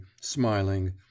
smiling